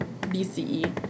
BCE